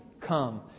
come